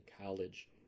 college